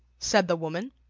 said the woman